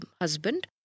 husband